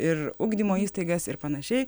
ir ugdymo įstaigas ir panašiai